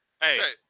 Hey